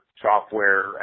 software